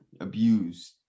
abused